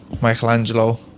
Michelangelo